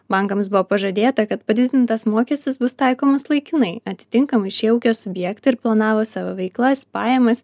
bankams buvo pažadėta kad padidintas mokestis bus taikomas laikinai atitinkamai šie ūkio subjektai ir planavo savo veiklas pajamas